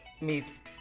meets